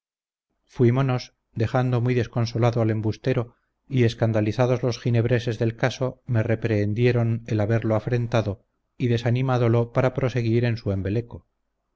fuimonos dejando muy desconsolado al embustero y escandalizados los ginebreses del caso me reprehendieron el haberlo afrentado y desanimadolo para proseguir en su embeleco